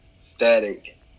static